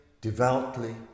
devoutly